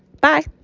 Bye